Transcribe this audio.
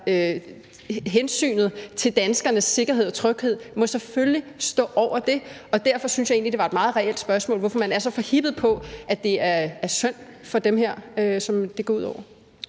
hensynet til danskernes sikkerhed og tryghed må selvfølgelig stå over det, og derfor synes jeg egentlig, det var et meget reelt spørgsmål, altså hvorfor man er så forhippet på, at det er synd for dem, som det går ud over